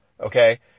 okay